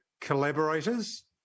collaborators